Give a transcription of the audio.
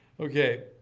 Okay